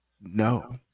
No